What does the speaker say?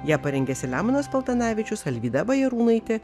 ją parengė selemonas paltanavičius alvyda bajarūnaitė